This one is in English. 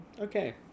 okay